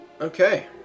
Okay